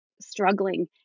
struggling